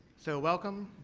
so, welcome.